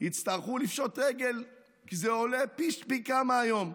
תצטרך לפשוט רגל כי זה עולה פי כמה היום?